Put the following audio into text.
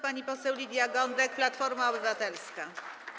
Pani poseł Lidia Gądek, Platforma Obywatelska.